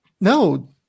no